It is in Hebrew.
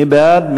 מי בעד?